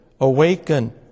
awaken